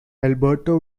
alberto